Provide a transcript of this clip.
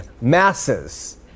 masses